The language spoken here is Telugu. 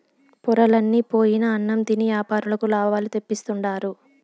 పొరలన్ని పోయిన అన్నం తిని యాపారులకు లాభాలు తెప్పిస్తుండారు